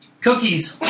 cookies